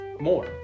more